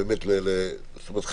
בעזרת השם.